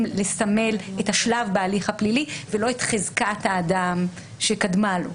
לסמל את השלב בהליך הפלילי ולא את חזקת האדם שקדמה לו.